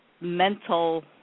mental